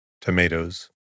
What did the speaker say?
tomatoes